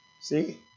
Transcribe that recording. See